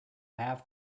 have